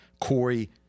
Corey